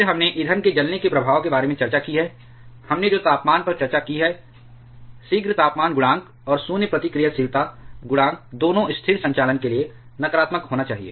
फिर हमने ईंधन के जलने के प्रभाव के बारे में चर्चा की है हमने जो तापमान पर चर्चा की है शीघ्र तापमान गुणांक और शून्य प्रतिक्रियाशीलता गुणांक दोनों स्थिर संचालन के लिए नकारात्मक होना चाहिए